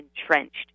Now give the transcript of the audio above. entrenched